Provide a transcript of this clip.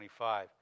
25